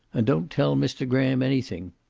and don't tell mr. graham anything.